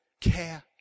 care